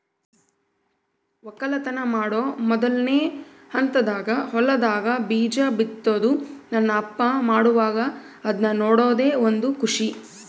ವಕ್ಕಲತನ ಮಾಡೊ ಮೊದ್ಲನೇ ಹಂತದಾಗ ಹೊಲದಾಗ ಬೀಜ ಬಿತ್ತುದು ನನ್ನ ಅಪ್ಪ ಮಾಡುವಾಗ ಅದ್ನ ನೋಡದೇ ಒಂದು ಖುಷಿ